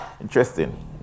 Interesting